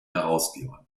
herausgebern